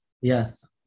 Yes